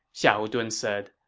xiahou dun said.